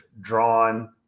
drawn